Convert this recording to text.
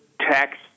tax